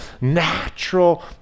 natural